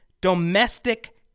domestic